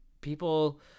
People